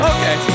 Okay